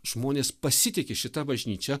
žmonės pasitiki šita bažnyčia